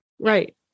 Right